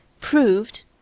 proved